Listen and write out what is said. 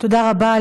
תודה רבה.